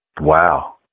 Wow